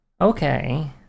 okay